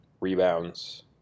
rebounds